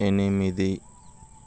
ఎనిమిది